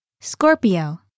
Scorpio